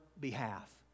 behalf